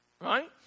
right